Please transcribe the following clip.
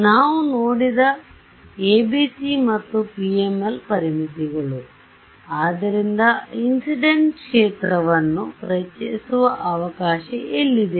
ನಾವು ನೋಡಿದ ABC ಮತ್ತು PML ಪರಿಮಿತಿಗಳು ಆದ್ದರಿಂದ ಇನ್ಸಿಡೆಂಟ್ ಕ್ಷೇತ್ರವನ್ನು ಪರಿಚಯಿಸುವ ಅವಕಾಶ ಎಲ್ಲಿದೆ